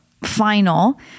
final